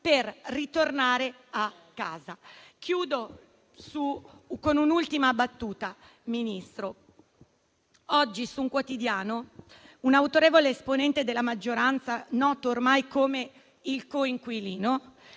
Ministro, concludo con un'ultima battuta. Oggi, su un quotidiano, un autorevole esponente della maggioranza, noto ormai come il coinquilino,